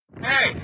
hey